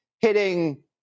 hitting